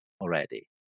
already